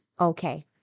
okay